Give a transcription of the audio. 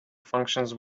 functions